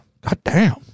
Goddamn